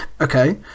okay